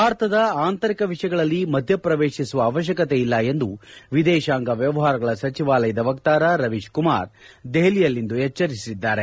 ಭಾರತದ ಆಂತರಿಕ ವಿಷಯಗಳಲ್ಲಿ ಮಧ್ಯೆಪ್ರವೇಶಿಸುವ ಅವಶ್ಯಕತೆ ಇಲ್ಲ ಎಂದು ವಿದೇಶಾಂಗ ವ್ಯವಹಾರಗಳ ಸಚಿವಾಲಯದ ವಕ್ತಾರ ರವೀಶ್ಕುಮಾರ್ ದೆಹಲಿಯಲ್ಲಿಂದು ಎಚ್ಚರಿಸಿದ್ದಾರೆ